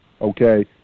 Okay